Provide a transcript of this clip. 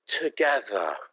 together